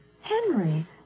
Henry